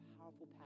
powerful